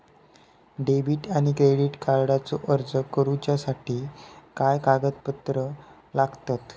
Debit आणि credit कार्डचो अर्ज करुच्यासाठी काय कागदपत्र लागतत?